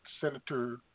Senator